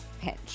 pinch